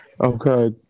Okay